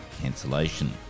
cancellation